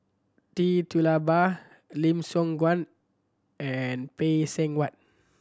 Tee Tula Ba Lim Siong Guan and Phay Seng Whatt